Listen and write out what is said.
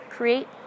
create